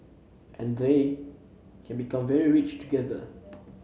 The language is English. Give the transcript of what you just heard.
and they can become very rich together